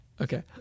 Okay